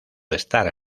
estar